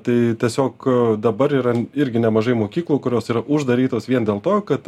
tai tiesiog dabar yra irgi nemažai mokyklų kurios yra uždarytos vien dėl to kad